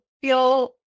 feel